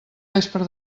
vespra